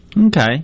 Okay